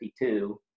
52